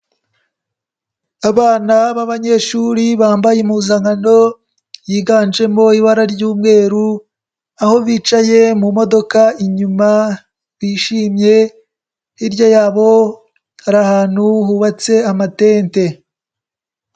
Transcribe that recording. Abana b'abanyeshuri bambaye impuzankano yiganjemo ibara ry'umweru aho bicaye mu modoka inyuma bishimye hirya yabo hari ahantu hubatse amatente.